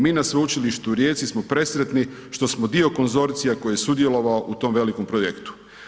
Mi na Sveučilištu u Rijeci smo presretni što smo dio konzorcija koji je sudjelovao u tom velikom projektu.